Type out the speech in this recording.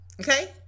Okay